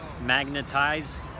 Magnetize